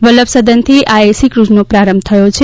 વલ્લભસદનથી આ એસી કુઝનો પ્રારંભ થયો છે